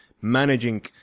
managing